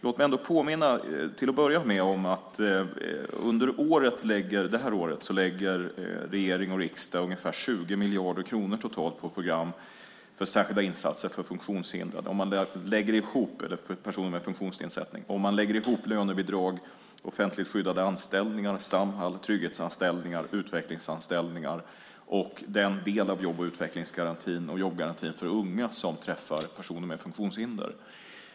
Låt mig till att börja med påminna om att under det här året lägger regering och riksdag ungefär totalt 20 miljarder kronor på program för särskilda insatser för personer med funktionsnedsättning om man lägger ihop lönebidrag, offentligt skyddade anställningar i Samhall, trygghetsanställningar, utvecklingsanställningar och den del av jobb och utvecklingsgarantin och jobbgarantin för unga som träffar personer med funktionshinder.